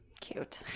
Cute